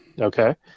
okay